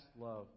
love